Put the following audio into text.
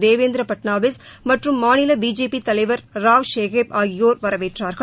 தேவேந்திர பட்னாவிஸ் மற்றும் மாநில பிஜேபி தலைவா் ராவ் ஷாகேப் ஆகியோா் வரவேற்றார்கள்